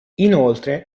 inoltre